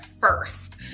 first